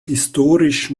historisch